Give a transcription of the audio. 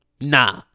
nah